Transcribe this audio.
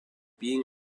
being